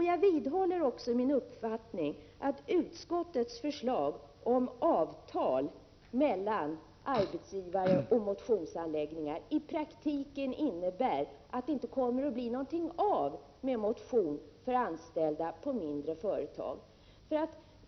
Jag vidhåller också min uppfattning att utskottets förslag om avtal mellan arbetsgivare och motionsanläggningar i praktiken innebär att det inte kommer att bli någonting av med motionen för anställda på mindre företag.